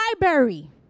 library